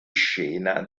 scena